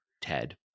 Ted